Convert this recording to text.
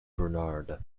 bernard